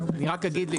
אני משאיר את זה פתוח.